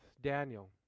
Daniel